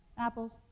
Apples